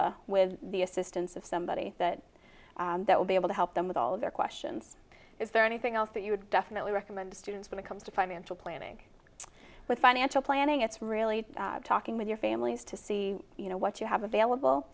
fafsa with the assistance of somebody that that will be able to help them with all of their questions is there anything else that you would definitely recommend students when it comes to financial planning with financial planning it's really talking with your families to see you know what you have available